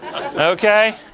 Okay